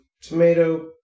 tomato